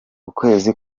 ukwezi